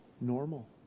normal